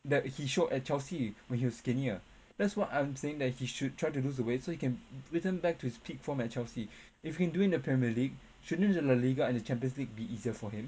that he showed at Chelsea when he was skinnier that's what I'm saying that he should try to lose the weight so he can return back to his peak form at Chelsea if he can do it in the premier league shouldn't the la liga and the champions league be easier for him